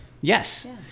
Yes